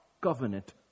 covenant